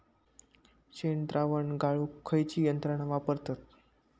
शेणद्रावण गाळूक खयची यंत्रणा वापरतत?